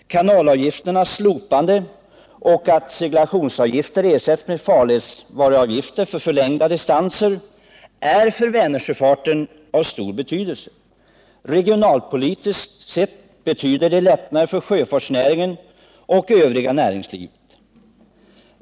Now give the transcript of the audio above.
Kanalavgifternas slopande och att seglationsavgifter ersätts med farledsvaruavgifter för förlängda distanser är för Vänersjöfarten av stor betydelse. Regionalpolitiskt sett betyder det lättnader för sjöfartsnäringen och övriga näringslivet.